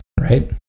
right